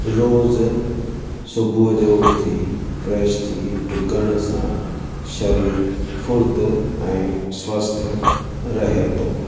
रोज़ु सुबुह जो उथी फ्रेश थी डुकण सां शरीरु फुर्तु ऐं स्वस्थ रहे थो